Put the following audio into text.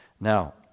Now